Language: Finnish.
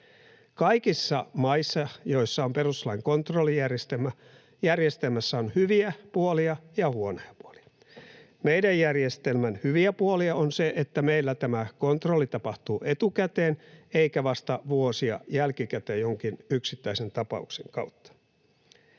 Kaikissa maissa, joissa on perustuslain kontrollijärjestelmä, järjestelmässä on hyviä puolia ja huonoja puolia. Meidän järjestelmän hyviä puolia on se, että meillä tämä kontrolli tapahtuu etukäteen eikä vasta vuosia jälkikäteen jonkin yksittäisen tapauksen kautta.